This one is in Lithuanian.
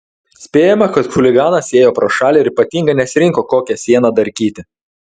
spėjama kad chuliganas ėjo pro šalį ir ypatingai nesirinko kokią sieną darkyti